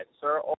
Sir